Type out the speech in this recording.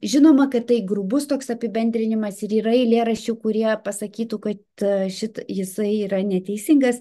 žinoma kad tai grubus toks apibendrinimas ir yra eilėraščių kurie pasakytų kad šit jisai yra neteisingas